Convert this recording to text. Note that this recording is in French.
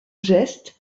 geste